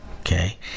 Okay